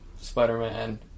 Spider-Man